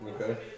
Okay